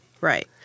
Right